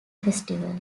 festival